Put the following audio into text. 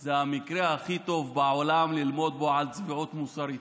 זה המקרה הכי טוב בעולם ללמוד בו על צביעות מוסרית.